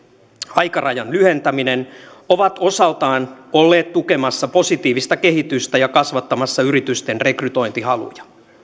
aikarajan lyhentäminen ovat osaltaan olleet tukemassa positiivista kehitystä ja kasvattamassa yritysten rekrytointihaluja